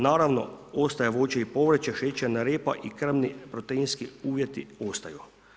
Naravno, ostaje voće i povrće, šećerna repa i krmni proteinski uvjeti ostaju.